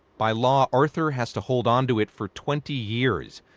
by law, arthur has to hold onto it for twenty years.